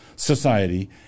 society